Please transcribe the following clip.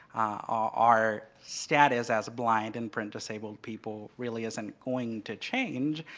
our status as blind and print-disabled people really isn't going to change,